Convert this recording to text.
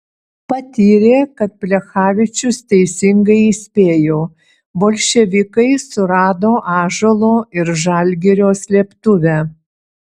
patyrė kad plechavičius teisingai įspėjo bolševikai surado ąžuolo ir žalgirio slėptuvę